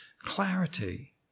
clarity